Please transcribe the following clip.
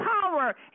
power